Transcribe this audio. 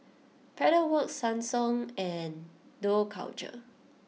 Pedal Works Ssangyong and Dough Culture